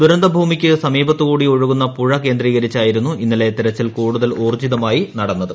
ദുരന്തഭൂമിക്ക് സമീപത്തുകൂടി ഒഴുകുന്ന പൂഴ ്കേന്ദ്രീകരിച്ചായിരുന്നു ഇന്നലെ തിരച്ചിൽ കൂടുതൽ ഊർജ്ജിത്മായി നടന്നത്